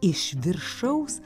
iš viršaus